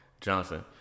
Johnson